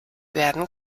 werden